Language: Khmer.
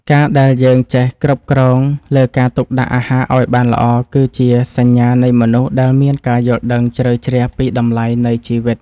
ការដែលយើងចេះគ្រប់គ្រងលើការទុកដាក់អាហារឱ្យបានល្អ គឺជាសញ្ញានៃមនុស្សដែលមានការយល់ដឹងជ្រៅជ្រះពីតម្លៃនៃជីវិត។